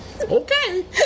Okay